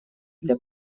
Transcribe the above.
для